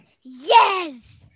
Yes